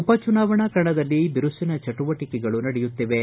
ಉಪಚುನಾವಣಾ ಕಣದಲ್ಲಿ ಬಿರುಸಿನ ಚಟುವಟಿಕೆಗಳು ನಡೆಯುತ್ತಿವೆ